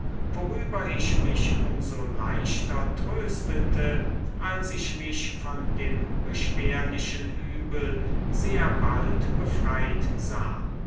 worüber ich mich um so leichter tröstete als ich mich von dem beschwerlichen übel sehr bald befreit sah